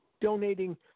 donating